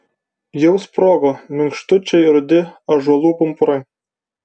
jau sprogo minkštučiai rudi ąžuolų pumpurai